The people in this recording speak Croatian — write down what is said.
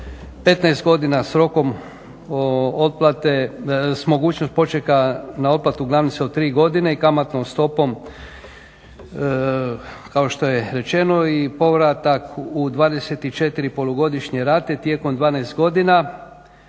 15 godina s rokom otplate, s mogućnost počeka na otplatu glavnice od 3 godine i kamatnom stopom kao što je rečeno i povratak u 24 polugodišnje rate tijekom 12 godina.